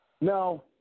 No